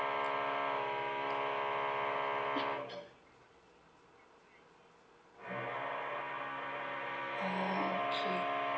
okay